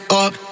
up